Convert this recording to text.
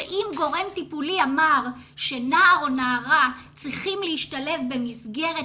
שאם גורם טיפולי אמר שנער או נערה צריכים להשתלב במסגרת